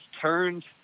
turned